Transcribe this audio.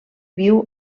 viu